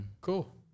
Cool